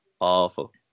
Awful